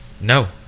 no